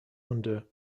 under